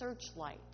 searchlight